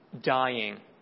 dying